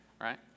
right